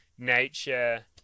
Nature